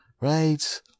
right